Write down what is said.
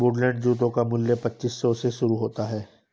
Woodland जूतों का मूल्य पच्चीस सौ से शुरू होता है